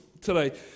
today